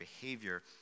behavior